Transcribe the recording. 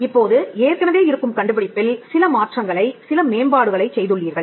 இப்போது ஏற்கனவே இருக்கும் கண்டுபிடிப்பில் சில மாற்றங்களை சில மேம்பாடுகளைச் செய்துள்ளீர்கள்